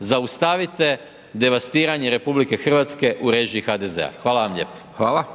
zaustavite devastiranje RH, u režiji HDZ-a. Hvala vam lijepo. **Hajdaš